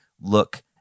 look